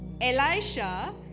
Elisha